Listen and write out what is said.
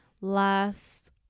last